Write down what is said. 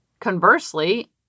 Conversely